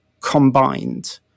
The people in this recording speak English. combined